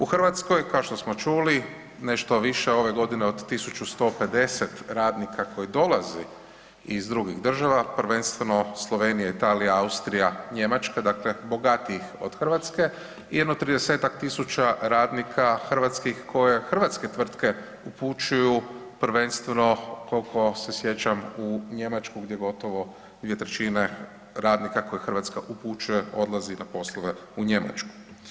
U Hrvatskoj kao što smo čuli nešto više ove godine od 1150 radnika koje dolaze iz drugih država, prvenstveno Slovenija, Italija, Austrija, Njemačka dakle bogatijih od Hrvatske i jedno tridesetak tisuća radnika hrvatskih koje hrvatske tvrtke upućuju prvenstveno koliko se sjećam u Njemačku gdje gotovo dvije trećine radnika koje Hrvatska upućuje odlazi na poslove u Njemačku.